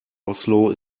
oslo